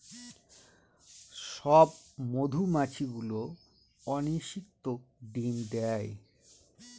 সব মধুমাছি গুলো অনিষিক্ত ডিম দেয়